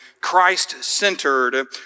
Christ-centered